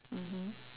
mmhmm